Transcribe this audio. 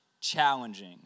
challenging